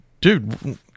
dude